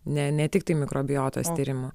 ne ne tiktai mikrobiotos tyrimu